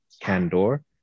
Candor